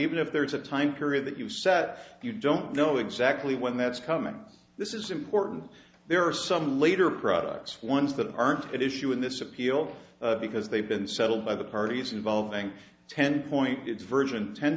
even if there is a time period that you sat you don't know exactly when that's coming this is important there are some later products ones that aren't issue in this appeal because they've been settled by the parties involving ten point its version ten